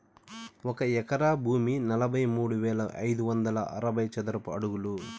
ఒక ఎకరా భూమి నలభై మూడు వేల ఐదు వందల అరవై చదరపు అడుగులు